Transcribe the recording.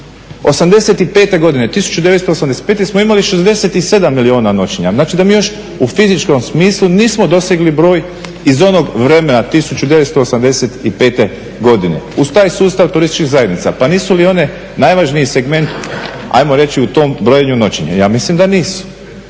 64. 1985.godine smo imali 67 milijuna noćenja. Znači da mi još u fizičkom smislu nismo dosegli broj iz onog vremena 1985.godine uz taj sustav turističkih zajednica. Pa nisu li one najvažniji segment, ajmo reći u tom brojenju noćenja? Ja mislim da nisu.